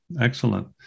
Excellent